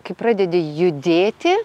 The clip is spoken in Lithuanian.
kai pradedi judėti